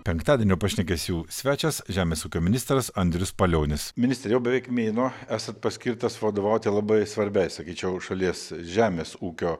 penktadienio pašnekesių svečias žemės ūkio ministras andrius palionis ministre jau beveik mėnuo esat paskirtas vadovauti labai svarbiai sakyčiau šalies žemės ūkio